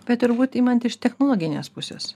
bet turbūt imant iš technologinės pusės